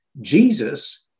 Jesus